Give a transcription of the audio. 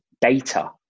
data